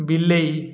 ବିଲେଇ